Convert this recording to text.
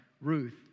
Ruth